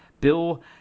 Bill